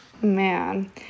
Man